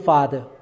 Father